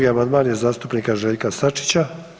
2. Amandman je zastupnika Željka Sačića.